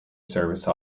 service